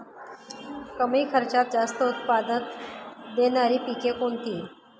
कमी खर्चात जास्त उत्पाद देणारी पिके कोणती?